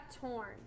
torn